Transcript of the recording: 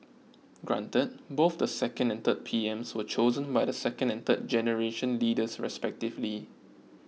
granted both the second and third PMs were chosen by the second and third generation leaders respectively